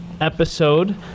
episode